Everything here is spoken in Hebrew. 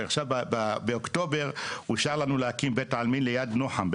ועכשיו באוקטובר אושר לנו להקים בית עלמין ליד נוחם,